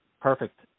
Perfect